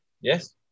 Yes